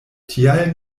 tial